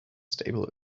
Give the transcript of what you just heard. stable